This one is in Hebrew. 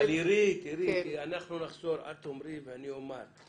עירית, אנחנו נחזור, את תאמרי ואני אומר.